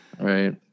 Right